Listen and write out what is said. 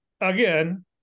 Again